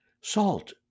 Salt